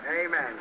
Amen